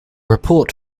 report